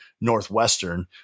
Northwestern